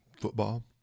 football